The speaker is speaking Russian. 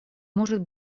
может